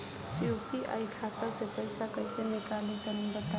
UPI खाता से पइसा कइसे निकली तनि बताई?